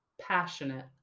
passionate